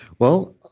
well,